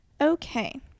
okay